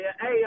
hey